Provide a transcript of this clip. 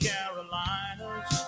Carolinas